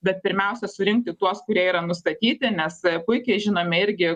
bet pirmiausia surinkti tuos kurie yra nustatyti nes puikiai žinome irgi